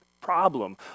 problem